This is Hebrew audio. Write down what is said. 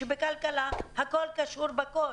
שבכלכלה הכול קשור בכול.